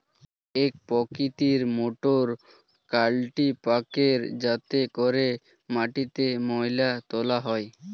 এক প্রকৃতির মোটর কাল্টিপ্যাকের যাতে করে মাটিতে ময়লা তোলা হয়